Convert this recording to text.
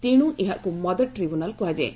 ତେଣୁ ଏହାକୁ mother tribunal କୁହାଯାଏ